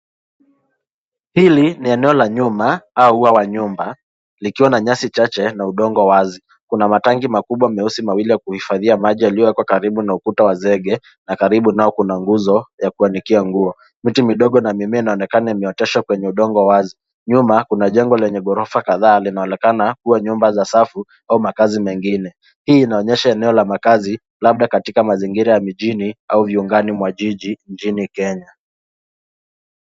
Hili ni eneo la nyuma au uwa wa nyumba likiwa na nyasi chache na udongo wazi, kuna matangi makubwa meusi mawili ya kuhifadhia maji yaliyowekwa karibu na ukuta wa zege ,na karibu nao kuna nguzo ya kuanikia nguo miti midogo na mimea inaonekana imeoteshwa kwenye udongo wazi nyuma kuna jengo lenye ghorofa kadhaa linaonekana kuwa nyumba za safu au makazi mengine, hii inaonyesha eneo la makazi labda katika mazingira ya mijini au viungani mwa jiji mjini Kenya.